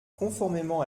conformément